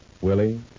Willie